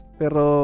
pero